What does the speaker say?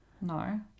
No